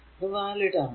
അത് വാലിഡ് ആണ്